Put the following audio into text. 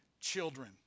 children